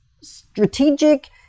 strategic